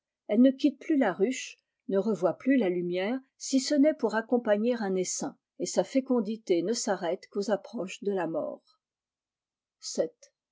elle ne quitte plus la ruche ne revoit plus la lumière si ce n'est pour accompagner un esmi et sa fécondité ne s'arrête qu'aux approches de la mort